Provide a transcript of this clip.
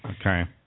Okay